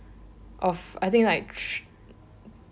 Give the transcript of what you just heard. of I think like thr~